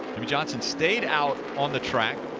jimmie johnson stayed out on the track.